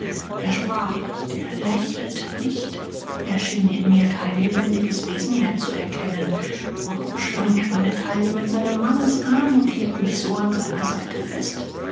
er sprach nicht er lächelte nicht er schien in mir kein lebendes wesen mehr zu erkennen nun umschlang er meine taille mit seinem mannesarm und hielt mich so an seiner seite fest